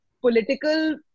political